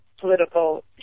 political